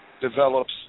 develops